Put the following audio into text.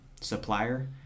Supplier